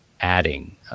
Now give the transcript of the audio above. adding